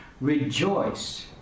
rejoice